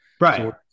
Right